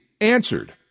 answered